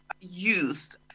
youth